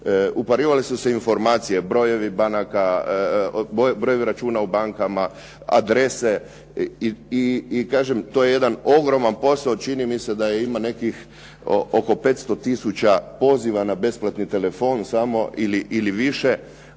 uparivali su se informacije, brojevi banaka, brojevi računa u bankama, adrese. I kažem to je jedan ogroman posao. Čini mi se da ima nekih oko 500 tisuća poziva na besplatni telefon samo ili više,